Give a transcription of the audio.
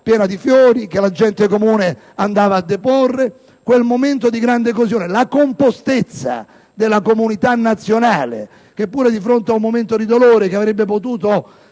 piena dei fiori che la gente comune andava a deporre in quel momento di grande coesione, e la compostezza della comunità nazionale, pure di fronte ad un momento di dolore che avrebbe potuto